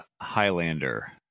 Highlander